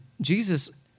Jesus